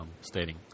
stating